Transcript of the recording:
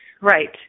Right